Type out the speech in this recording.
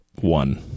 One